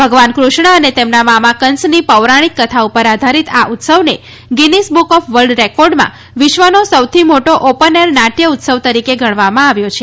ભગવાન કૃષ્ણ અને તેમના મામા કંસની પૌરાણિક કથા ઉપર આધારીત આ ઉત્સવને ગીનીઝ બુક ઓફ વર્લ્ડ રેકોર્ડમાં આ ઉત્સવને વિશ્વનો સૌથી મોટો ઓપન એર નાટ્ય ઉત્સવ તરીકે ગણવામાં આવ્યો છે